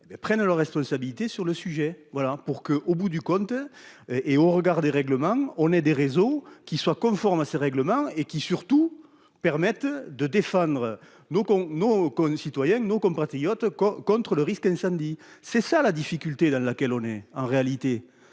prennent leurs responsabilités sur le sujet. Voilà pour que, au bout du compte. Et au regard des règlements. On est des réseaux qui soit conforme à ses règlements et qui surtout permettent de défendre nos qu'ont nos concitoyens nos compatriotes quand contre le risque incendie. C'est ça la difficulté dans laquelle on est en réalité.